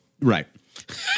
Right